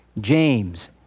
James